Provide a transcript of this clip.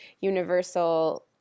universal